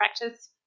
practice